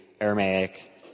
aramaic